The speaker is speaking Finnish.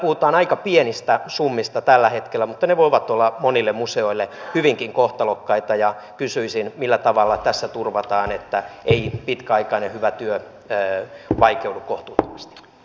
siellä puhutaan aika pienistä summista tällä hetkellä mutta ne voivat olla monille museoille hyvinkin kohtalokkaita ja kysyisin millä tavalla tässä turvataan että ei pitkäaikainen hyvä työ vaikeudu kohtuuttomasti